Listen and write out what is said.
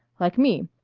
like me.